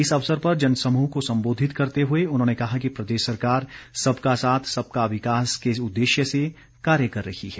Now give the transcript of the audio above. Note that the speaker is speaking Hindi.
इस अवसर पर जन समूह को संबोधित करते हुए उन्होंने कहा कि प्रदेश सरकार सबका साथ सबका विकास के उदेश्य से कार्य कर रही है